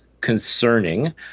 concerning